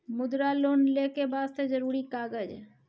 मुद्रा लोन लेके वास्ते जरुरी कागज?